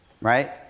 right